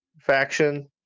faction